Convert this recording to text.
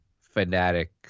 fanatic